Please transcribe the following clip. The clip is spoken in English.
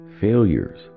Failures